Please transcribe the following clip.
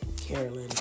Carolyn